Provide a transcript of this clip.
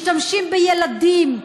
משתמשים בילדים.